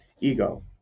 ego